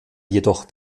jedoch